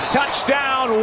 Touchdown